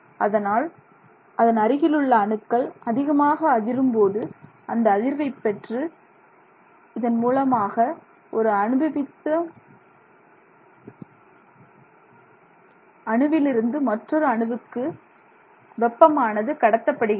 ஆனால் அதன் அருகிலுள்ள அணுக்கள் அதிகமாக அதிரும் போது அந்த அதிர்வை பெற்று அதன் மூலமாக ஒரு அணுவிலிருந்து மற்றொரு அணுவுக்கு வெப்பமானது கடத்தப்படுகிறது